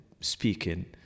speaking